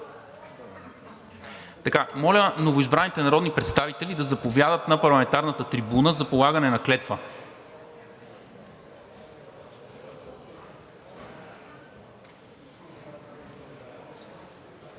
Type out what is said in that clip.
Моля новоизбраните народни представители да заповядат на парламентарната трибуна за полагане на клетва.